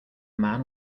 man